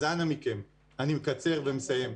אז אנא מכם, אני מקצר ומסיים,